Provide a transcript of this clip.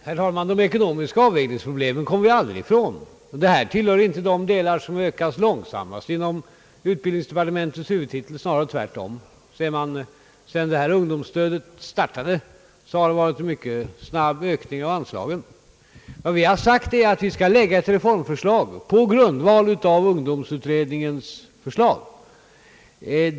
Herr talman! De ekonomiska avvägningsproblemen kommer vi aldrig ifrån. Ungdomsstödet tillhör heller inte de anslag som ökas långsammast inom utbildningsdepartementets huvudtitel — snarare tvärtom; sedan ungdomsstödet startade har anslaget ökats mycket snabbt. Vad vi har sagt är att vi kommer att framlägga ett reformförslag på grundval av ungdomsutredningens betänkande.